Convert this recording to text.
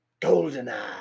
*GoldenEye*